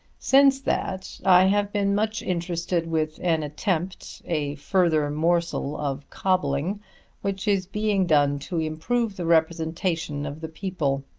since that i have been much interested with an attempt a further morsel of cobbling which is being done to improve the representation of the people.